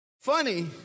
Funny